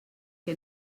que